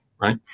right